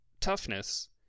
toughness